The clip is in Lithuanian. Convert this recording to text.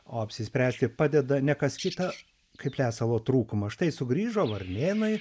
o apsispręsti padeda ne kas kita kaip lesalo trūkumas štai sugrįžo varnėnai